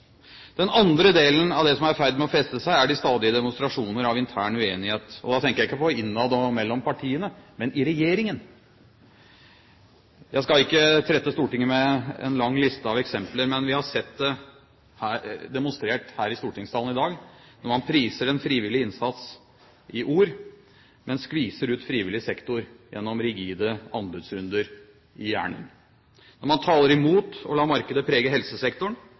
Den andre delen av det som er i ferd med å festne seg, er de stadige demonstrasjoner av intern uenighet, og da tenker jeg ikke på innad og mellom partiene, men i regjeringen. Jeg skal ikke trette Stortinget med en lang liste av eksempler, men vi har sett det demonstrert her i stortingssalen i dag: når man priser en frivillig innsats i ord, men skviser ut frivillig sektor gjennom rigide anbudsrunder i gjerning når man taler imot å la markedet prege helsesektoren